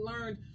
learned